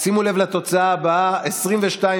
שלכם.